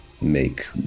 make